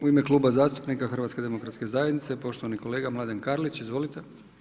U ime Kluba zastupnika HDZ-a poštovani kolega Mladen Karlić, izvolite.